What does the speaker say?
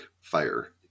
fire